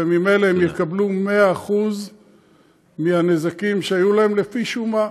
וממילא הם יקבלו 100% הנזקים שהיו להם לפי שומה,